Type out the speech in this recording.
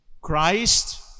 Christ